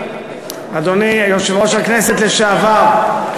אדוני יושב-ראש הכנסת לשעבר,